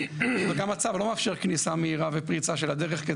אני מגנה את המקרה המזעזע ושמח כי הוא לא מעיד על הכלל.